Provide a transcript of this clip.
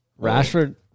Rashford